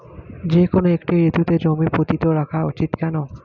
যেকোনো একটি ঋতুতে জমি পতিত রাখা উচিৎ কেন?